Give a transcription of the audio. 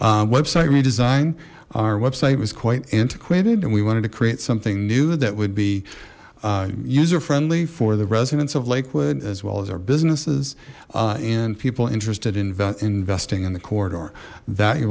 october website redesign our website was quite antiquated and we wanted to create something new that would be user friendly for the residents of lakewood as well as our businesses and people interested in investing in the corridor that you